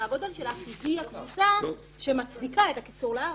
הגודל שלה כי היא הקבוצה שמצדיקה את הקיצור ל-4.